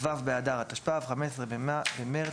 כ"ו באדר התשפ"ו (15 במרס